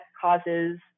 causes